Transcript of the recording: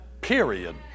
Period